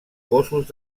cossos